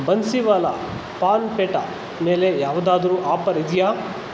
ಬನ್ಸಿವಾಲಾ ಪಾನ್ ಪೇಠಾ ಮೇಲೆ ಯಾವುದಾದ್ರೂ ಆಪರ್ ಇದೆಯಾ